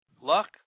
Luck